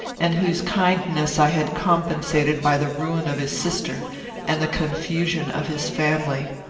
and whose kindness i had compensated by the ruin of his sister and the confusion of his family.